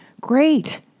Great